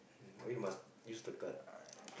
then you must use the girt